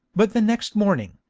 but the next morning,